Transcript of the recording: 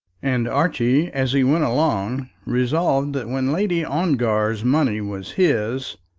and archie, as he went along, resolved that when lady ongar's money was his,